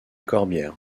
corbières